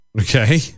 Okay